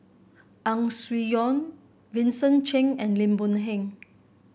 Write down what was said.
Ang Swee Aun Vincent Cheng and Lim Boon Heng